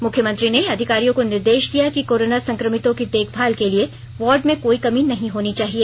मुख्यमंत्री ने अधिकारियों को निर्देश दिया कि कोरोना संक्रमितों की देखभाल के लिए वार्ड में कोई कमी नहीं होनी चाहिए